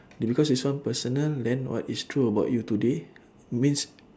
thi~ because this one personal then what it's true about you today means